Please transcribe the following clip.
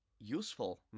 Useful